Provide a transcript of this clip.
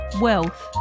Wealth